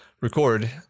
record